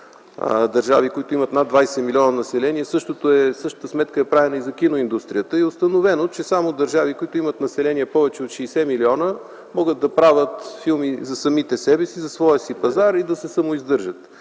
държави, имащи над 20 милиона население, същата сметка е правена и за киноиндустрията. Установено е, че само държави с население над 70 милиона могат да правят филми за самите себе си, за своя си пазар и да се самоиздържат.